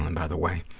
and by the way.